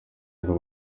ngo